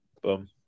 Boom